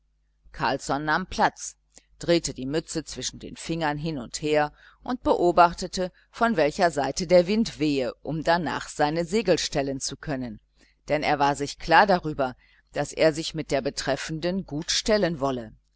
carlsson nahm platz drehte die mütze zwischen den fingern hin und her und beobachtete von welcher seite der wind wehe um danach seine segel stellen zu können denn er war sich klar darüber daß er sich mit der betreffenden gut stellen wolle